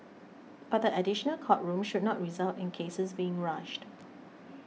but the additional court rooms should not result in cases being rushed